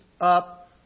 up